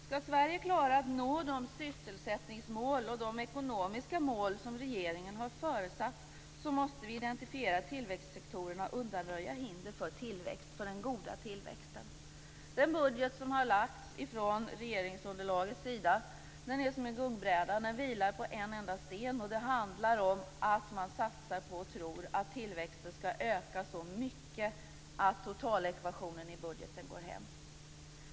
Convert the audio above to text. Skall Sverige klara att nå de sysselsättningsmål och de ekonomiska mål som regeringen har föresatt sig, måste vi identifiera tillväxtsektorerna och undanröja hinder för den goda tillväxten. Den budget som har lagts fram av regeringsunderlaget är som en gungbräda. Den vilar på en enda sten, och det handlar om att man satsar på och tror att tillväxten skall öka så mycket att totalekvationen i budgeten går ihop.